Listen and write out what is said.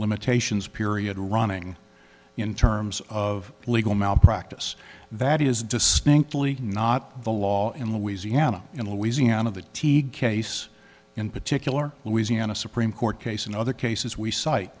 limitations period running in terms of legal malpractise that is distinctly not the law in louisiana in louisiana the teague case in particular louisiana supreme court case and other cases we cite